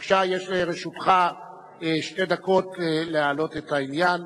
בבקשה, יש לרשותך שתי דקות להעלות את העניין.